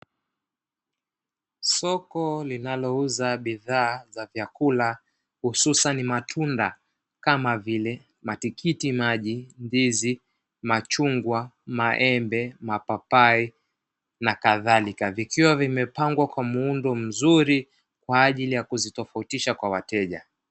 Soko linalouza bidhaa za vyakula hususani matunda, kama vile: matikiti maji, ndizi, machungwa, maembe, mapapai, na kadhalika. Vikiwa vimepangwa kwa muundo mzuri, kwa ajili ya kuzitofautisha kwa wateja.